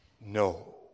no